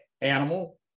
animal